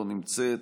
לא נמצאת,